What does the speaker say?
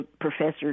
professor